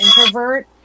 introvert